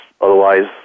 otherwise